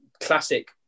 classic